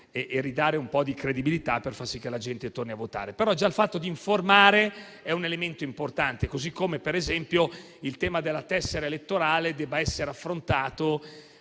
ridarsi un po' di credibilità per far sì che la gente torni a votare, però già il fatto di informare è un elemento importante. Allo stesso modo, riteniamo che, per esempio, il tema della tessera elettorale debba essere affrontato